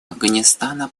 афганистана